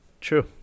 True